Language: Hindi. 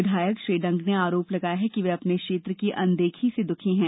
विधायक श्री डंग ने आरोप लगाया है कि वे अपने क्षेत्र की अनदेखी से दुखी है